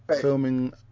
filming